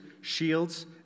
shields